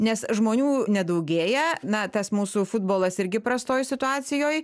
nes žmonių nedaugėja na tas mūsų futbolas irgi prastoj situacijoj